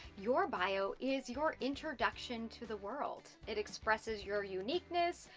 your bio is your introduction to the world. it expresses your uniqueness,